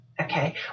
Okay